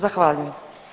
Zahvaljujem.